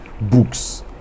books